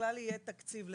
שבכלל יהיה תקציב לזה.